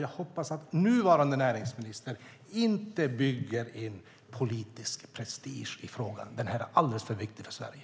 Jag hoppas att nuvarande näringsminister inte bygger in politisk prestige i frågan, för den är alldeles för viktig för Sverige.